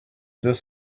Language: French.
deux